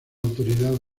autoridad